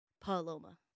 Paloma